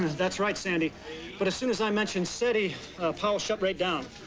that's right, sandy but as soon as i mentioned seti powell shut right down.